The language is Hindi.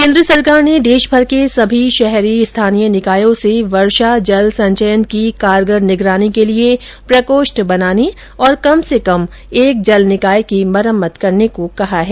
केन्द्र सरकार ने देशभर के सभी शहरी स्थानीय निकायों से वर्षा जल संचय की कारगर निगरानी के लिए प्रकोष्ठ बनाने और कम से कम एक जल निकाय की मरम्मत करने को कहा है